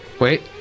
Wait